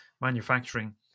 manufacturing